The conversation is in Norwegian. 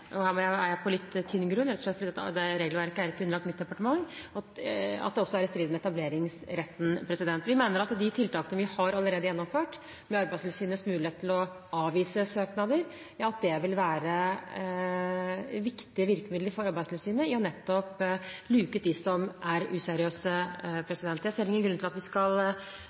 Men her er jeg på litt tynn grunn, for regelverket er ikke underlagt mitt departement. Vi mener at de tiltakene vi allerede har gjennomført, med tanke på Arbeidstilsynets mulighet for å avvise søknader, vil være viktige virkemidler for Arbeidstilsynet i arbeidet med å luke ut de som er useriøse. Jeg ser ingen grunn til å stramme det til mer enn vi allerede har gjort. Jeg føler meg ganske trygg på at de tiltakene vi